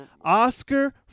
Oscar